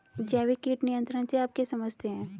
जैविक कीट नियंत्रण से आप क्या समझते हैं?